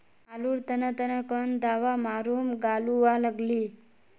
आलूर तने तने कौन दावा मारूम गालुवा लगली?